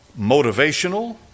motivational